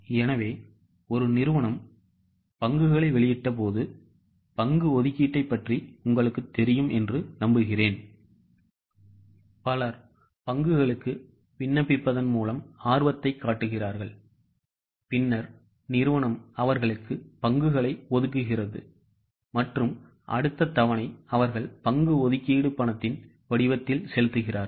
எனவே ஒரு நிறுவனம் பங்குகளை வெளியிட்டபோது பங்கு ஒதுக்கீட்டைப் பற்றி உங்களுக்குத் தெரியும் என்று நம்புகிறேன் பலர் பங்குகளுக்குவிண்ணப்பிப்பதன்மூலம்ஆர்வத்தைக் காட்டுகிறார்கள் பின்னர் நிறுவனம் அவர்களுக்கு பங்குகளை ஒதுக்குகிறது மற்றும் அடுத்த தவணை அவர்கள் பங்கு ஒதுக்கீடு பணத்தின் வடிவத்தில் செலுத்துகிறார்கள்